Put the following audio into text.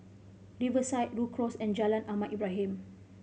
Riverside Rhu Cross and Jalan Ahmad Ibrahim